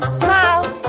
smile